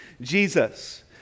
Jesus